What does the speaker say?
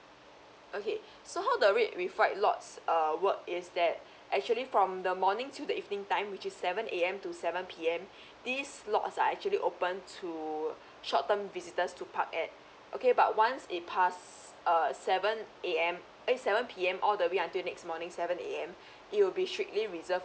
okay so how the red with white lots err work is that actually from the morning till the evening time which is seven A_M to seven P_M these slots are actually opened to short term visitors to park at okay but once it passed err seven A_M eh seven P_M all the way until next morning seven A_M it will be strictly reserved